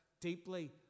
deeply